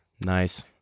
Nice